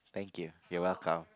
thank you you're welcome